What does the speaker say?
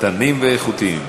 קטנים ואיכותיים,